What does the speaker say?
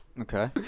Okay